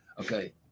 Okay